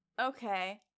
Okay